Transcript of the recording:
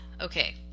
Okay